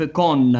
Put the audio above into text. con